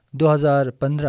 2015